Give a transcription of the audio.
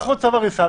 זה כמו צו הריסה.